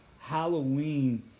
Halloween